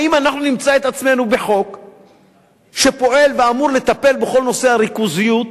האם אנחנו נמצא את עצמנו עם חוק שפועל ואמור לטפל בכל נושא הריכוזיות,